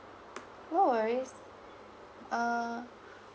no worries uh